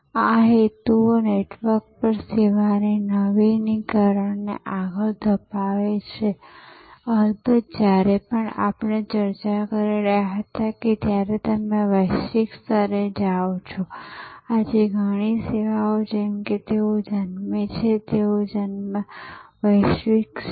આ હેતુઓ નેટવર્ક પર સેવાની નવીનીકરણને આગળ ધપાવે છે અલબત્ત જ્યારે આપણે ચર્ચા કરી રહ્યા હતા ત્યારે તમે વૈશ્વિક સ્તરે જાઓ છો આજે ઘણી સેવાઓ જેમ કે તેઓ જન્મે છે તેમનો જન્મ વૈશ્વિક છે